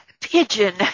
pigeon